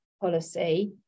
policy